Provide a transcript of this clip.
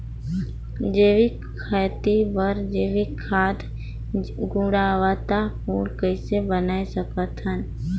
जैविक खेती बर जैविक खाद गुणवत्ता पूर्ण कइसे बनाय सकत हैं?